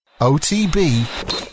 OTB